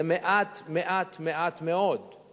זה מעט, מעט, מעט מאוד.